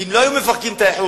כי אם לא היו מפרקים את האיחוד,